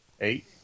Eight